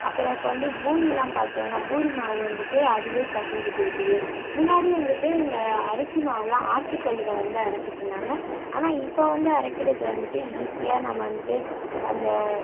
அப்புறோம் இப்போ வந்து பூரிலாம் பாத்தோம்னா பூரி மாவு வந்துட்டு அதுவே பிசஞ்சி கொடுக்குது முன்னாடி வந்துட்டு இந்த அரிசி மாவ்வெலாம் ஆட்டுக்கல்லில் வந்து அரச்சிட்யிருந்தாங்க ஆனால் இப்போ வந்து அரைக்கிறது வந்துட்டு ஈஸியாக நம்ம வந்துட்டு அந்த